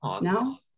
now